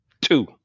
Two